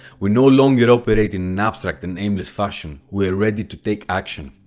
we no longer operate in an abstract and aimless fashion. we are ready to take action.